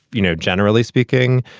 you know, generally speaking,